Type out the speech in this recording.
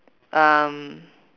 um